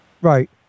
Right